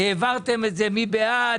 העברתם את זה - מי בעד,